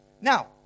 Now